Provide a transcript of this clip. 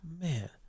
man